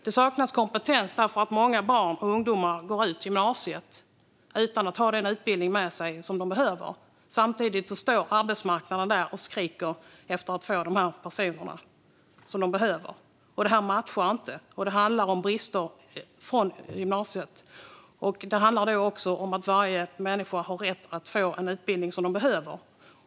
Det saknas kompetens därför att många ungdomar går ut gymnasiet utan att ha den utbildning med sig som de behöver. Samtidigt skriker arbetsmarknaden efter de personer som den behöver. Det matchar inte. Det handlar om brister från gymnasiet och om att varje människa har rätt att få den utbildning som hon behöver.